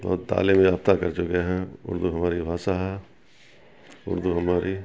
تعلیم یافتہ کر چکے ہیں اردو ہماری بھاشا ہے اردو ہماری